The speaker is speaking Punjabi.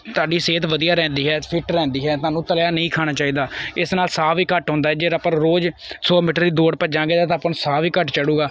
ਤੁਹਾਡੀ ਸਿਹਤ ਵਧੀਆ ਰਹਿੰਦੀ ਹੈ ਫਿੱਟ ਰਹਿੰਦੀ ਹੈ ਤੁਹਾਨੂੰ ਤਲਿਆ ਨਹੀਂ ਖਾਣਾ ਚਾਹੀਦਾ ਇਸ ਨਾਲ ਸਾਹ ਵੀ ਘੱਟ ਹੁੰਦਾ ਹੈ ਜੇ ਆਪਾਂ ਰੋਜ਼ ਸੌ ਮੀਟਰ ਦੀ ਦੌੜ ਭੱਜਾਂਗੇ ਤਾਂ ਆਪਾਂ ਨੂੰ ਸਾਹ ਵੀ ਘੱਟ ਚੜੂਗਾ